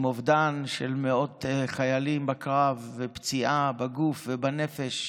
עם אובדן של מאות חיילים בקרב ופציעה בגוף ובנפש.